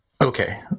okay